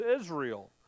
Israel